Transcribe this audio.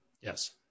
Yes